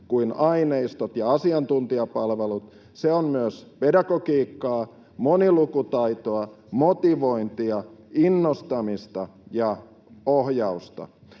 kuin aineistot ja asiantuntijapalvelut — ne ovat myös pedagogiikkaa, monilukutaitoa, motivointia, innostamista ja ohjausta.